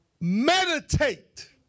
Meditate